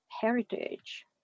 heritage